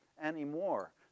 Anymore